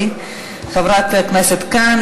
חברת הכנסת כאן.